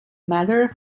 matter